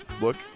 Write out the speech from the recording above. look